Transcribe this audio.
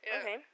Okay